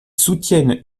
soutiennent